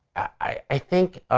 i think,